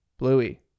Bluey